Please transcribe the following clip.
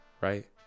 right